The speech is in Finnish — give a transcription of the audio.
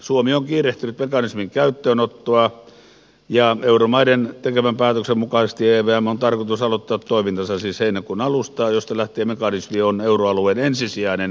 suomi on kiirehtinyt mekanismin käyttöönottoa ja euromaiden tekemän päätöksen mukaisesti evmn on tarkoitus aloittaa toimintansa siis heinäkuun alusta josta lähtien mekanismi on euroalueen ensisijainen kriisinhallintaväline